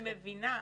אני מבינה,